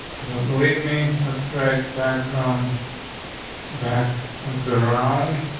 don't believe me. what's right? background back on ground,